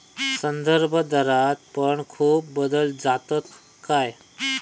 संदर्भदरात पण खूप बदल जातत काय?